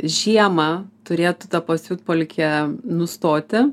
žiemą turėtų ta pasiutpolkė nustoti